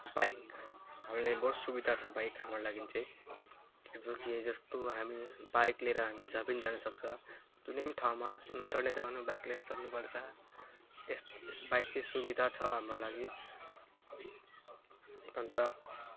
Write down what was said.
bike अहिले बहुत सुविधा छ बाइक हाम्रो लागि चाहिँ ए जो कि जस्तो हामी बाइक लिएर हामी जहाँ पनि जानुसक्छ कुनै पनि ठाउँमा नचढ्ने जग्गामा पनि बाइक लिएर चढ्नुपर्छ यस यस्तो बाइक चाहिँ सुविधा छ हाम्रो लागि अनि त